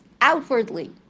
outwardly